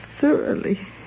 thoroughly